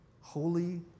holy